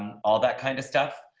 all that kind of stuff.